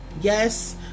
Yes